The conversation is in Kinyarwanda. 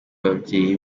babyeyi